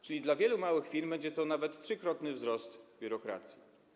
Czyli dla wielu małych firm będzie to nawet trzykrotny wzrost biurokracji.